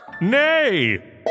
Nay